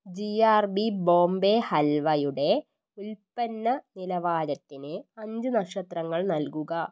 G R B Bombay ഹൽവയുടെ ഉൽപ്പന്ന നിലവാരത്തിന് അഞ്ച് നക്ഷത്രങ്ങൾ നൽകുക